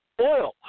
oil